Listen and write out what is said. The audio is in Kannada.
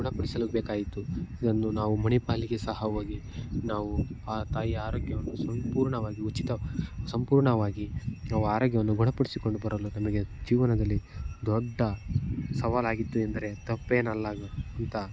ಗುಣಪಡಿಸಲು ಬೇಕಾಯಿತು ಇದನ್ನು ನಾವು ಮಣಿಪಾಲಿಗೆ ಸಹ ಹೋಗಿ ನಾವು ತಾಯಿಯ ಆರೋಗ್ಯವನ್ನು ಸಂಪೂರ್ಣವಾಗಿ ಉಚಿತ ಸಂಪೂರ್ಣವಾಗಿ ನಾವು ಆರೋಗ್ಯವನ್ನು ಗುಣಪಡಿಸಿಕೊಂಡು ಬರಲು ನಮಗೆ ಜೀವನದಲ್ಲಿ ದೊಡ್ಡ ಸವಾಲಾಗಿತ್ತು ಎಂದರೆ ತಪ್ಪೇನಲ್ಲ ಅಂತ